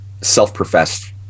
self-professed